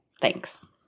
Thanks